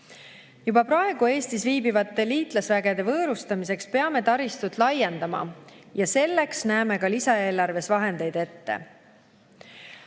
Juba praegu Eestis viibivate liitlasvägede võõrustamiseks peame taristut laiendama ja ka selleks näeme lisaeelarves vahendid ette.